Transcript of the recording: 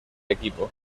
equipo